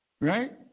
right